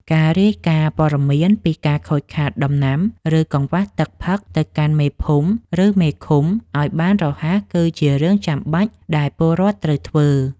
ការរាយការណ៍ព័ត៌មានពីការខូចខាតដំណាំ ឬកង្វះទឹកផឹកទៅកាន់មេភូមិ ឬមេឃុំឱ្យបានរហ័សគឺជារឿងចាំបាច់ដែលពលរដ្ឋត្រូវធ្វើ។